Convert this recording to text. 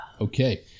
Okay